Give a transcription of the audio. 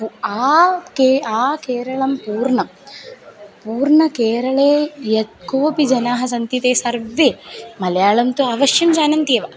पु आ केरळं पूर्नं पूर्न केरळे यत् कोपि जनाः सन्ति ते सर्वे मलयाळं तु अवश्यं जानन्त्येव